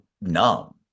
numb